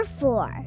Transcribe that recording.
four